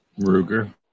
Ruger